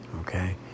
Okay